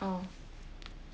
oh